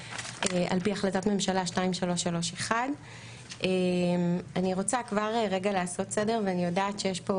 על פי החלטת ממשלה 2331. אני רוצה כבר לעשות סדר ואני יודעת שיש פה